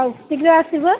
ହଉ ଶିଘ୍ର ଆସିବା